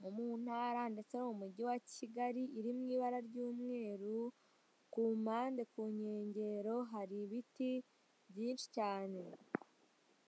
no mu ntara ndetse no mu mugi wa Kigari iri mu ibara ry'umweru ku mpande ku nkengero hari ibiti byinshi cyane.